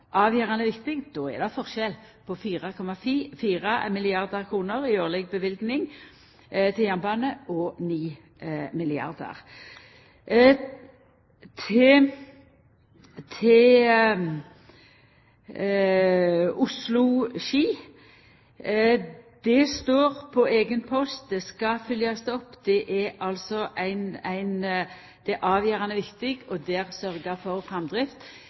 avgjerande viktig. Då er det forskjell på 4,4 milliardar kr i årleg budsjettløyving til jernbane og 9 milliardar kr. Til Oslo–Ski: Det står på eigen post. Det skal følgjast opp. Det er avgjerande viktig å sørgja for framdrift, men det er